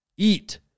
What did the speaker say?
Eat